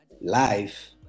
life